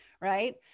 right